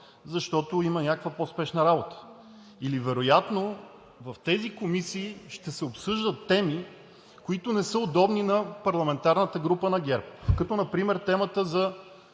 защото има някаква по-спешна работа или вероятно в тези комисии ще се обсъждат теми, които не са удобни на парламентарната група на ГЕРБ. Например темата за